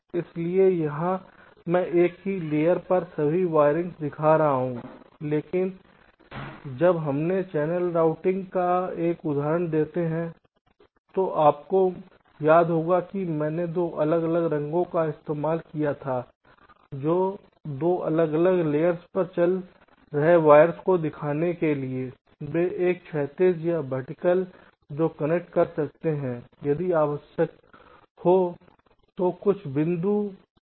इसलिए यहाँ मैं एक ही लेयर पर सभी वाइरिंग्स दिखा रहा हूँ लेकिन जब हमने चैनल रूटिंग का वह उदाहरण देते हैं तो आपको याद होगा कि मैंने 2 अलग अलग रंगों का इस्तेमाल किया था जो 2 अलग अलग लेयर्स पर चल रहे वायर्स को दिखाने के लिए वे एक क्षैतिज एक वर्टिकल जो कनेक्ट कर सकते हैं यदि आवश्यक हो तो कुछ बिंदु पर